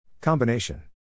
Combination